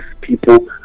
people